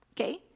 Okay